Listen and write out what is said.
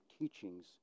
teachings